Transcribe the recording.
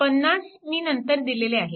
50 मी नंतर दिलेले आहे